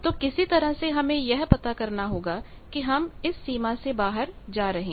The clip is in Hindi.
तो किसी तरह से हमें यह पता करना होगा कि हम इस सीमा से बाहर जा रहे हैं